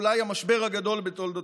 אולי המשבר הגדול בתולדותיה.